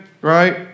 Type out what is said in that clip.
Right